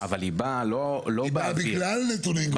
היא באה בגלל נתונים גרועים,